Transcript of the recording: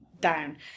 down